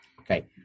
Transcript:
Okay